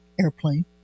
airplane